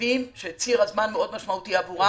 למצבים שציר הזמן מאוד משמעותי עבורם,